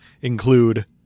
include